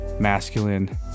masculine